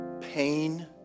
pain